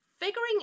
Figuring